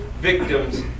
victims